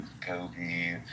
Kobe